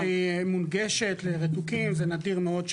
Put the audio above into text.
דירה שהיא מונגשת לרתוקים זה נדיר מאוד שהיא